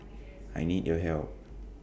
I need your help